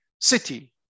city